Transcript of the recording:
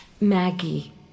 Maggie